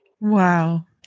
Wow